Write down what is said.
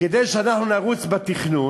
כדי שאנחנו נרוץ בתכנון,